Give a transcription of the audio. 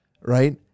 right